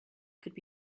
could